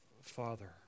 Father